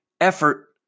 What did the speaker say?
effort